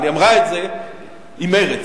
אבל היא אמרה את זה עם מרץ.